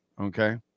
okay